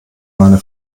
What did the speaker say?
meine